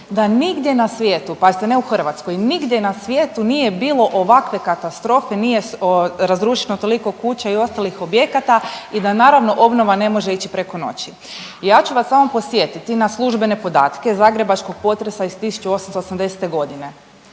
da nigdje na svijetu, pazite ne u Hrvatskoj, nigdje na svijetu nije bilo ovakve katastrofe, nije razrušeno toliko kuća i ostalih objekata i da naravno obnova ne može ići preko noći. Ja ću vas samo podsjetiti na službene podatke zagrebačkog potresa iz 1880.g..